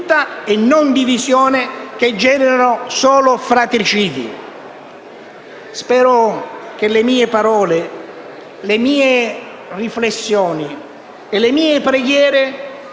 Spero che le mie parole, le mie riflessioni e le mie preghiere, possano